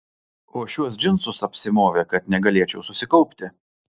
o šiuos džinsus apsimovė kad negalėčiau susikaupti